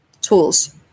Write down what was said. tools